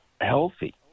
healthy